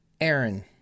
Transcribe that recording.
Aaron